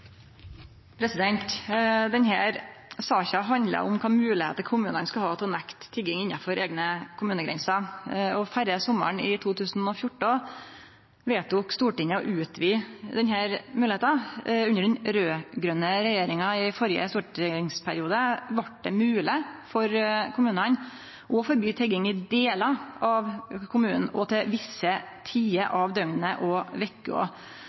saka handlar om kva moglegheiter kommunane skal ha til å nekte tigging innanfor eigne kommunegrenser. Før sommaren i 2014 vedtok Stortinget å utvide denne moglegheita. Under den raud-grøne regjeringa i førre stortingsperiode vart det mogleg for kommunane å forby tigging i delar av kommunen og til visse tider av døgnet og